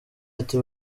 ati